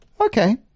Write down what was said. okay